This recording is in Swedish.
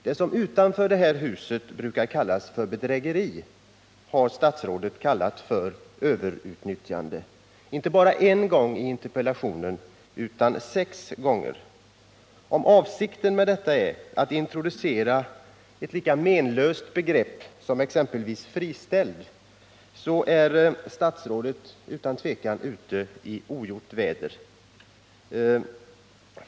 Det som utanför det här huset brukar kallas för bedrägeri har statsrådet kallat för ”överutnyttjande” — inte bara en utan sex gånger i interpellationssvaret. Om avsikten med detta är att introducera ett lika menlöst begrepp som exempelvis ”friställd” är statsrådet utan tvivel ute i ogjort väder.